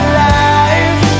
life